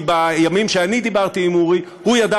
כי בימים שאני דיברתי עם אורי הוא ידע